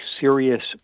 serious